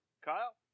Kyle